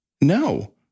no